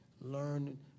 learn